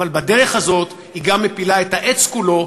אבל בדרך הזאת היא גם מפילה את העץ כולו,